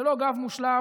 זה לא גב מושלם,